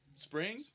Spring